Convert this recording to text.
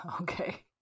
Okay